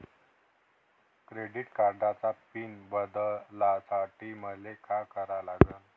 Credit कार्डाचा PIN बदलासाठी मले का करा लागन?